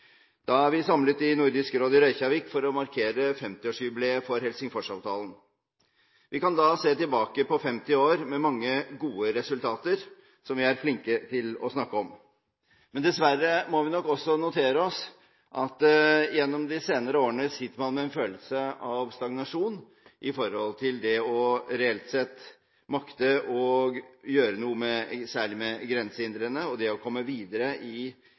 Da er vi samlet i Nordisk Råd i Reykjavik for å markere 50-årsjubileet for Helsingforsavtalen. Vi kan da se tilbake på 50 år med mange gode resultater, som vi er flinke til å snakke om. Men dessverre må vi nok også notere oss at gjennom de senere årene sitter man med en følelse av stagnasjon når det gjelder reelt sett å makte å gjøre noe særlig med grensehindrene og det å komme videre